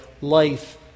life